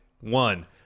One